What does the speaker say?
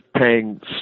paying